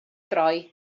droi